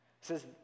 says